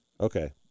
Okay